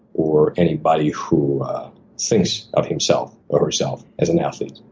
or anybody who thinks of himself or herself as an athlete.